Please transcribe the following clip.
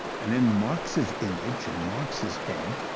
and in marx's image, in marx's head,